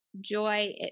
Joy